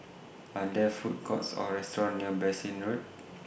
Are There Food Courts Or restaurants near Bassein Road